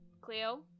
Cleo